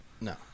No